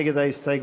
מי נגד ההסתייגות?